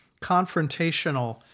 confrontational